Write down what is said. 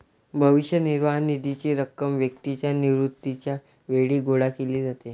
भविष्य निर्वाह निधीची रक्कम व्यक्तीच्या निवृत्तीच्या वेळी गोळा केली जाते